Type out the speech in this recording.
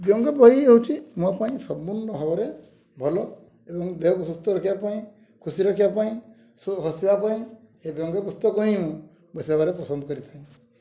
ବ୍ୟଙ୍ଗ ବହି ହେଉଛି ମୋ ପାଇଁ ସମ୍ପୂର୍ଣ୍ଣ ଭାବରେ ଭଲ ଏବଂ ଦେହକୁ ସୁସ୍ଥ ରଖିବା ପାଇଁ ଖୁସି ରଖିବା ପାଇଁ ହସିବା ପାଇଁ ଏ ବ୍ୟଙ୍ଗ ପୁସ୍ତକଙ୍କୁ ହିଁ ମୁଁ ବିଶେଷ ଭାବରେ ପସନ୍ଦ କରିଥାଏ